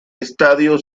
estadio